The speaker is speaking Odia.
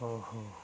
ଓହୋ